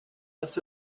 this